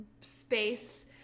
space